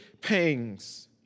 pangs